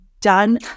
done